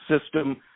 system